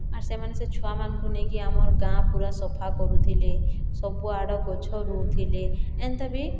ଆର୍ ସେମାନେ ସେ ଛୁଆମାନଙ୍କୁ ନେଇକି ଆମର୍ ଗାଁ ପୁରା ସଫା କରୁଥିଲେ ସବୁଆଡ଼େ ଗଛ ରୂଊଥିଲେ ଏନ୍ତା ବି